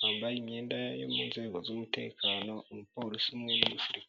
bambaye imyenda yo mu nzego z'umutekano, umupolisi umwe n'umusirikare.